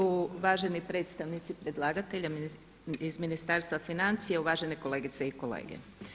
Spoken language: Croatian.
Uvaženi predstavnici predlagatelja iz Ministarstva financija, uvažene kolegice i kolege.